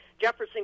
Jefferson